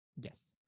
Yes